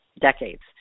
decades